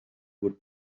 would